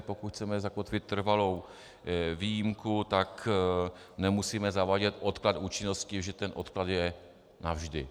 Pokud chceme zakotvit trvalou výjimku, tak nemusíme zavádět odklad účinnosti, protože ten odklad je navždy.